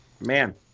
Man